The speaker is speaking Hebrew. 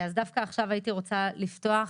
אז דווקא עכשיו הייתי רוצה לפתוח